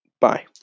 Bye